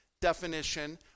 definition